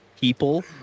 people